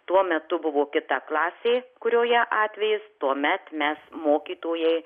tuo metu buvo kita klasė kurioje atvejis tuomet mes mokytojai